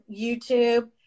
YouTube